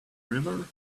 river